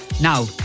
now